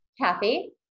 Kathy